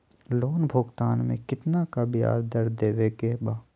Loan भुगतान में कितना का ब्याज दर देवें के बा?